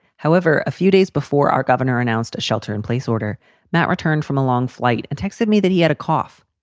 however, a few days before our governor announced a shelter in place order matt returned from a long flight and texted me that he had a cough.